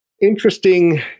interesting